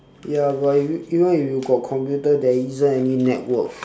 ya but even even if you got computer there isn't any network